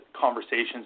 conversations